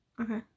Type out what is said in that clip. Okay